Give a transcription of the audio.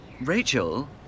Rachel